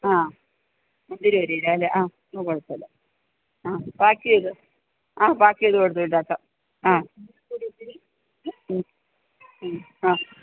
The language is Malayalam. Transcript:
ആ മുന്തിരി ഒരു കിലോ അല്ലേ ആ അതു കുഴപ്പമില്ല അ പാക്ക് ചെയ്ത് ആ പാക്ക് ചെയ്തു കൊടുത്തു വിടാം കേട്ടോ ആ ആ